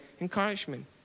encouragement